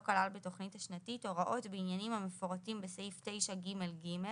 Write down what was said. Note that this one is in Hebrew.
כלל בתכנית השנתית הוראות בעניינים המפורטים בסעיף 9ג(ג),